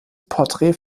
porträt